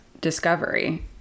discovery